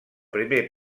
primer